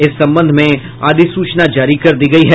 इस संबंध में अधिसूचना जारी कर दी गयी है